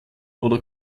oder